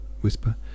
Whisper